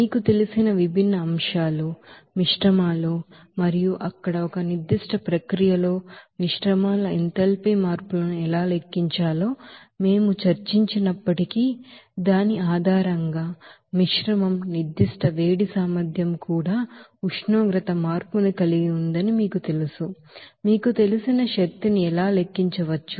మీకు తెలిసిన విభిన్న అంశాలు మిశ్రమాలు మరియు అక్కడ ఒక నిర్దిష్ట ప్రక్రియలో మిశ్రమాల ఎంథాల్పీ మార్పులను ఎలా లెక్కించాలో మేము చర్చించినప్పటికీ దాని ఆధారంగా మిశ్రమం స్పెసిఫిక్ హీట్ కెపాసిటీ కూడా ఉష్ణోగ్రత మార్పును కలిగి ఉందని మీకు తెలుసు మీకు తెలిసిన శక్తిని ఎలా లెక్కించవచ్చు